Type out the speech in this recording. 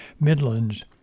Midlands